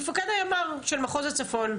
מפקד הימ"ר של מחוז הצפון,